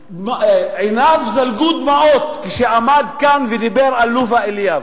שעיניו זלגו דמעות כשעמד כאן ודיבר על לובה אליאב,